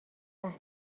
صحنه